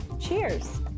Cheers